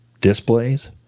displays –